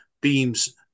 beams